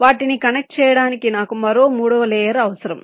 వాటిని కనెక్ట్ చేయడానికి నాకు మరో మూడవ లేయర్ అవసరం